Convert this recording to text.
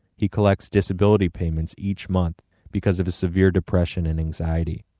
he collects disability payments each month because of his severe depression and anxiety.